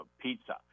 pizza